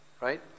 right